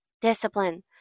Discipline